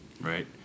right